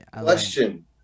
Question